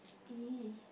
!ee!